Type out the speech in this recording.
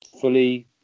fully